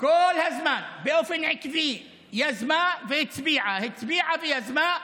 כל הזמן, באופן עקבי, יזמה והצביעה, הצביעה ויזמה,